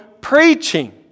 preaching